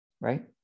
right